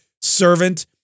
servant